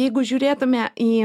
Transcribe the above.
jeigu žiūrėtume į